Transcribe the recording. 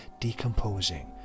decomposing